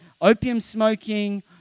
opium-smoking